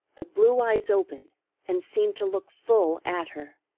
the blue eyes opened and seemed to look full at her.